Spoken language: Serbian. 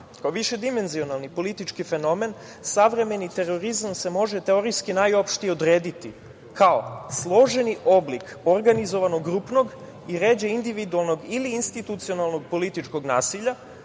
– više dimenzionalni, politički fenomen savremeni terorizam se može teorijski najopštije odrediti kao složeni oblik organizovanog grupnog i ređe individualnog ili institucionalnog političkog nasilja